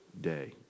day